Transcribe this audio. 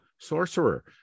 sorcerer